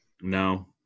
No